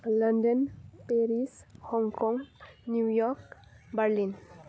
London Paris हंकं New York Berlin